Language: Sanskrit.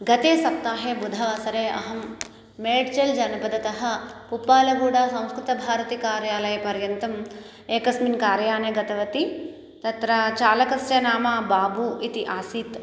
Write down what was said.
गत सप्ताहे बुधवासरे अहं मेड्चेलजनपदतः उप्पालगोडः संस्कृतभारती कर्यालयपर्यन्तम् एकस्मिन् कार्याने गतवती तत्र चालकस्य नाम बाबु इति आसीत्